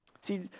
See